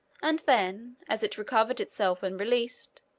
and then, as it recovered itself when released,